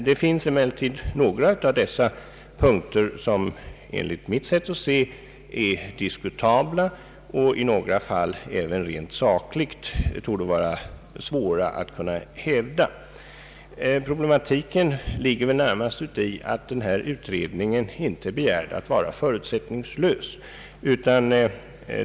Några av dessa 22 punkter är emellertid diskutabla enligt mitt sätt att se och torde i vissa fall även rent sakligt vara svåra att hävda. Problematiken ligger närmast uti att utredningen inte begärs förutsättningslös.